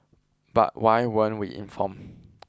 but why weren't we informed